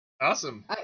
Awesome